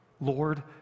Lord